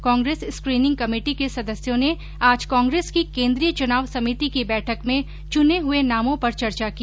Congress screening committee के सदस्यों ने आज कांग्रेस की केंद्रीय चुनाव समिति की बैठक में चुने हुए नामों पर चर्चा की